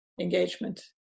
engagement